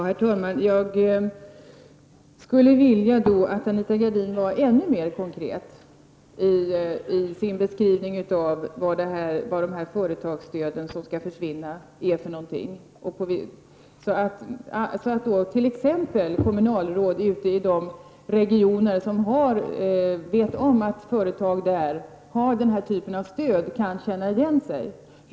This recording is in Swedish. Herr talman! Jag skulle då vilja att Anita Gradin var ännu mer konkret i sin beskrivning av dessa företagsstöd som skall försvinna, så att t.ex. kommunalråd ute i regioner där man har bett att företag skall få sådant stöd kan känna igen sig.